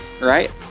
right